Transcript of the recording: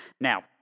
Now